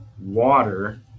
water